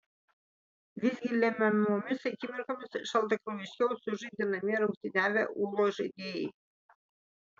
visgi lemiamomis akimirkomis šaltakraujiškiau sužaidė namie rungtyniavę ūlos žaidėjai